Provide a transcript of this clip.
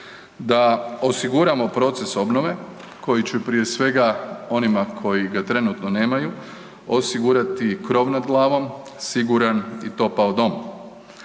da osiguramo proces obnove koji će prije svega, onima koji trenutno nemaju, osigurati krov nad glavom, siguran i topao dom